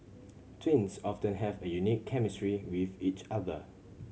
twins often have a unique chemistry with each other